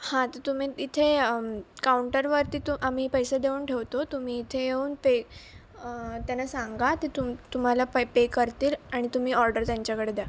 हां तर तुम्ही तिथे काऊंटरवर तिथून आम्ही पैसे देऊन ठेवतो तुम्ही इथे येऊन पे त्यांना सांगा ते तु तुम्हाला पैसे पे करतील आणि तुम्ही ऑर्डर त्यांच्याकडे द्या